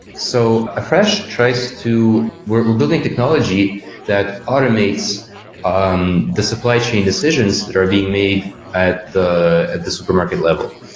so, afresh tries to we're building technology that automates um the supply chain decisions that are being made at the at the supermarket level.